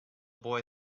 boy